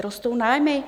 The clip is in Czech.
Rostou nájmy?